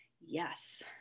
Yes